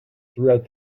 throughout